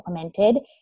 implemented